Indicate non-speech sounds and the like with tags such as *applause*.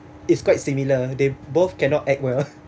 it's quite similar they both cannot act well *laughs*